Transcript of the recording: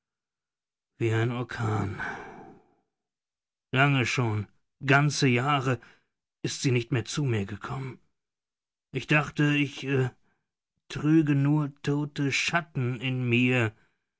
wie ein orkan lange schon ganze jahre ist sie nicht mehr zu mir gekommen ich dachte ich trüge nur tote schatten in mir